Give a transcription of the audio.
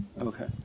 Okay